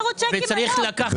זה מה שאני אומר.